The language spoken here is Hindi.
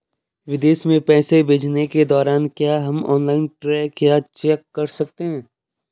विदेश में पैसे भेजने के दौरान क्या हम ऑनलाइन ट्रैक या चेक कर सकते हैं?